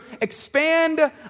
expand